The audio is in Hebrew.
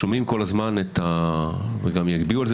שומעים כל הזמן וגם הביעו על זה